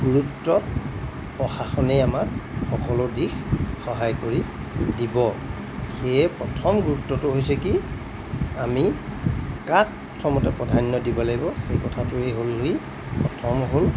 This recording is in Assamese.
গুৰুত্ব প্ৰশাসনেই আমাক সকলো দিশ সহায় কৰি দিব সেয়ে প্ৰথম গুৰুত্বটো হৈছে কি আমি কাক প্ৰথমতে প্ৰধান্য দিব লাগিব সেই কথাটোৱে হ'লহি প্ৰথম হ'ল